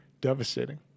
devastating